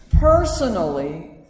Personally